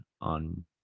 on